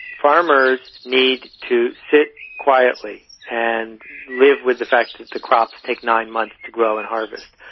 farmers need to sit quietly and live with the fact that the crops take nine months to grow and harvest.